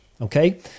Okay